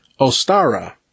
Ostara